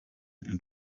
and